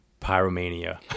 Pyromania